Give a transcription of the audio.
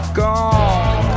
gone